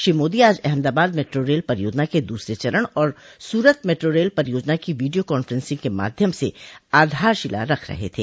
श्री मोदी आज Ahmedabad metro rail परियोजना के दूसरे चरण और सूरत मैट्रो रेल परियोजना की वीडियो कान्फ्रेंसिंग के माध्यम से आधारशिला रख रहे थे